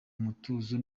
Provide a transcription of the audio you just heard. mutuzo